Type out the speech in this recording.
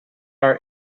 our